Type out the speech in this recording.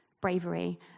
bravery